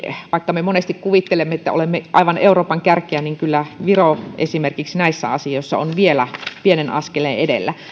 vaikka me monesti kuvittelemme että olemme digitaalisuudessa aivan euroopan kärkeä kyllä viro esimerkiksi näissä asioissa on vielä pienen askeleen edellä